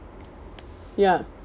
ya